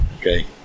Okay